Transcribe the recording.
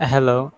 Hello